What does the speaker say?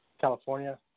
California